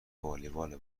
والیبال